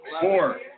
Four